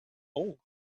hole